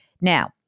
Now